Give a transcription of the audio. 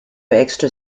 extra